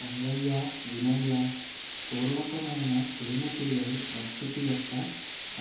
రంగయ్యా వినయ పూర్వకమైన తేనెటీగ ప్రకృతి యొక్క